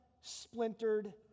splintered